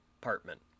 apartment